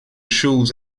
schulze